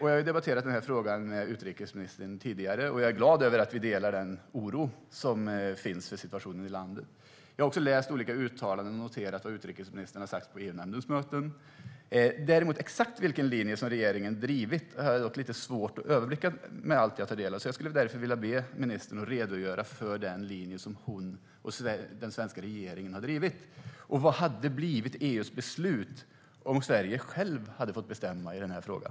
Jag har debatterat denna fråga tidigare med utrikesministern, och jag är glad att vi delar oron över situationen i landet. Jag har också läst olika uttalanden och noterat vad utrikesministern har sagt på EU-nämndens möten. Exakt vilken linje regeringen har drivit har jag däremot lite svårt att överblicka i allt det jag tagit del av, och jag skulle därför vilja be ministern att redogöra för den linje som hon och den svenska regeringen har drivit. Vad hade blivit EU:s beslut om Sverige ensamt hade fått bestämma i den här frågan?